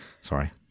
Sorry